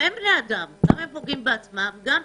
וגם במטופלים.